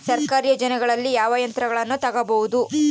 ಸರ್ಕಾರಿ ಯೋಜನೆಗಳಲ್ಲಿ ಯಾವ ಯಂತ್ರಗಳನ್ನ ತಗಬಹುದು?